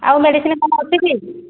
ଆଉ ମେଡ଼ିସିନ୍ କ'ଣ ଅଛି କି